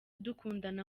dukundana